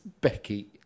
Becky